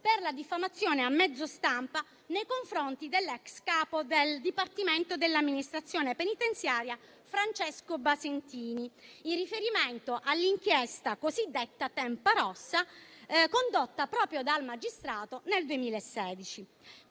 per la diffamazione a mezzo stampa nei confronti dell'ex capo del Dipartimento dell'amministrazione penitenziaria Francesco Basentini, in riferimento all'inchiesta cosiddetta Tempa Rossa condotta proprio dal magistrato nel 2016.